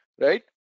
right